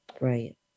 Right